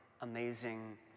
amazing